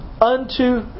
unto